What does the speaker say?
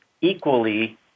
equally